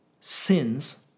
sins